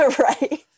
Right